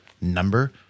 number